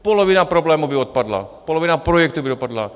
Polovina problémů by odpadla, polovina projektů by odpadla.